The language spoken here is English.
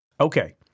Okay